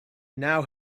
now